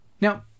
Now